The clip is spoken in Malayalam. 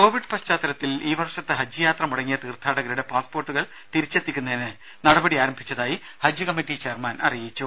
ദേദ കോവിഡ് പശ്ചാത്തലത്തിൽ ഈ വർഷത്തെ ഹജ്ജ് യാത്ര മുടങ്ങിയ തീർത്ഥാടകരുടെ പാസ്പോർട്ടുകൾ തിരിച്ചെത്തിക്കുന്നതിന് നടപടി ആരംഭിച്ചതായി ഹജ്ജ് കമ്മറ്റി ചെയർമാൻ അറിയിച്ചു